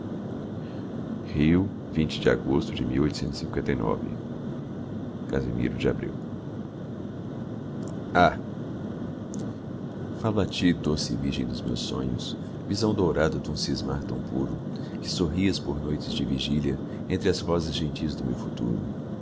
a de agosto de o alvo a ti doce virgem dos meus sonhos visão dourada dum cismar tão puro que sorrias por noites de vigília entre as rosas gentis do meu futuro